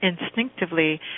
instinctively